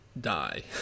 die